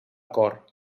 cor